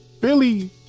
Philly